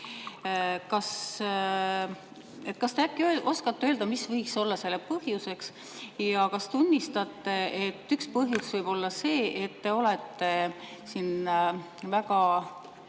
Kas te äkki oskate öelda, mis võiks olla selle põhjus? Ja kas te tunnistate, et üks põhjus võib olla see, et te olete väga